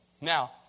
Now